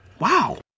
Wow